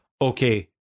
okay